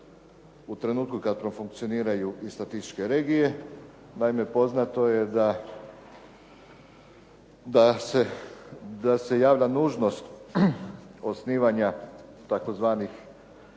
u trenutku kada profunkcioniraju i statističke regije. Naime, poznato je da javlja nužnost osnivanja tzv.